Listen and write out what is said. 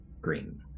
Green